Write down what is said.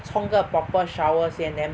冲个 proper shower 先 then